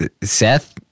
Seth